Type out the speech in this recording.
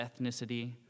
ethnicity